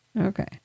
Okay